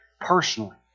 personally